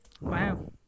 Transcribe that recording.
Wow